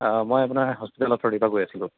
মই আপোনাৰ হস্পিটেল অথৰিটিৰ পৰা কৈ আছিলো